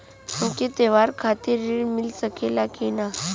हमके त्योहार खातिर त्रण मिल सकला कि ना?